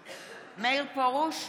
פרוש,